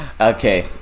okay